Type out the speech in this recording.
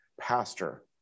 pastor